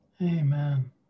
Amen